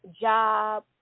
job